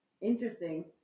Interesting